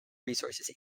resources